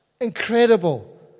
Incredible